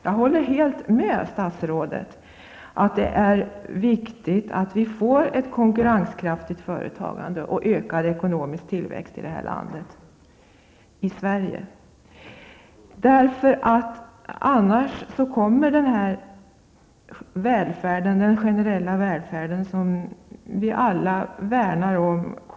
Jag håller helt med statsrådet om betydelsen av ett konkurrenskraftigt företagande och en ökad ekonomisk tillväxt i vårt land. Annars hotas den generella välfärd som vi alla värnar om.